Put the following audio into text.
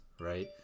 right